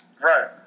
Right